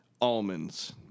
Almonds